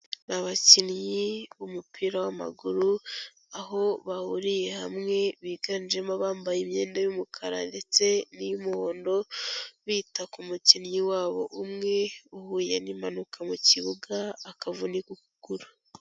Abakinnyi b'umupira w'amaguru, aho bahuriye hamwe biganjemo bambaye imyenda y'umukara ndetse n'iy'umuhondo, bita ku mukinnyi wabo umwe uhuye n'impanuka mu kibuga akavunika ukuguru.